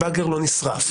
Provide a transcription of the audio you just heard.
ה-באגר לא נשרף.